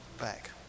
back